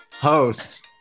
host